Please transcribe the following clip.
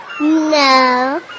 No